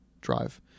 drive